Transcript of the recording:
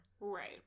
right